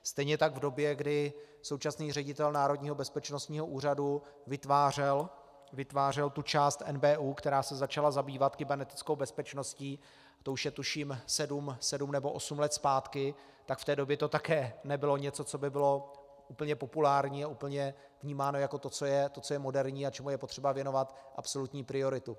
Stejně tak v době, kdy současný ředitel Národního bezpečnostního úřadu vytvářel tu část NBÚ, která se začala zabývat kybernetickou bezpečností, to už je tuším sedm nebo osm let zpátky, tak v té době to také nebylo něco, co by bylo úplně populární a úplně vnímané jako to, co je moderní a čemu je potřeba věnovat absolutní prioritu.